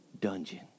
dungeon